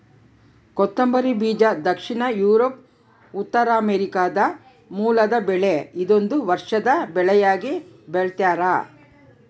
ಕೊತ್ತಂಬರಿ ಬೀಜ ದಕ್ಷಿಣ ಯೂರೋಪ್ ಉತ್ತರಾಮೆರಿಕಾದ ಮೂಲದ ಬೆಳೆ ಇದೊಂದು ವರ್ಷದ ಬೆಳೆಯಾಗಿ ಬೆಳ್ತ್ಯಾರ